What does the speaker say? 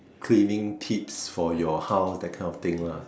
cleaning tips for your house that kind of thing lah